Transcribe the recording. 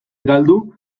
galdu